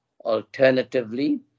alternatively